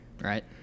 right